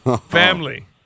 Family